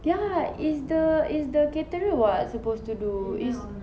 ya is the is the catering [what] supposed to do is